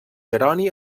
jeroni